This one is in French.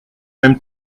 même